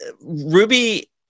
Ruby